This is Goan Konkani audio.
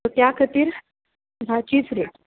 त्या खातीर धाचीच रेट